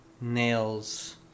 nails